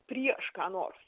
prieš ką nors